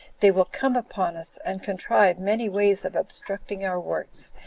they will come upon us, and contrive many ways of obstructing our works,